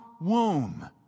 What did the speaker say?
womb